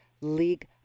league